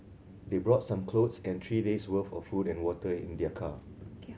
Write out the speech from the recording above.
they brought some clothes and three days' worth of food and water in their car